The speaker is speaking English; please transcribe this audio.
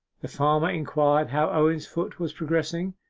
the farmer inquired how owen's foot was progressing,